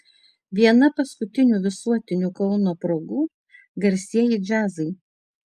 viena paskutinių visuotinių kauno progų garsieji džiazai